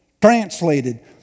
Translated